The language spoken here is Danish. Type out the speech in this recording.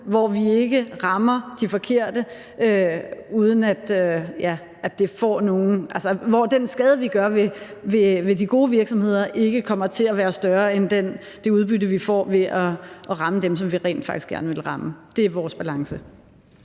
hvor vi ikke rammer de forkerte, og hvor den skade, vi påfører de gode virksomheder, ikke kommer til at være større end det udbytte, vi får ved at ramme dem, som vi rent faktisk gerne vil ramme. Det er vores balance.